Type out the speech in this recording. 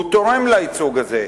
והוא תורם לה, הייצוג הזה.